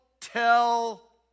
tell